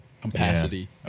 capacity